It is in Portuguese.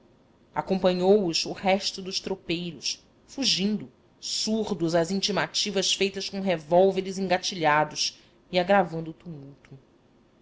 íngremes acompanhou-os o resto dos tropeiros fugindo surdos às intimativas feitas com revólveres engatilhados e agravando o tumulto